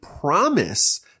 promise